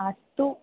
अस्तु